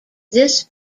this